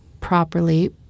properly